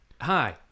Hi